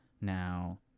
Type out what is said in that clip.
now